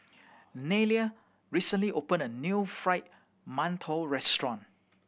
Nelia recently opened a new Fried Mantou restaurant